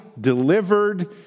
delivered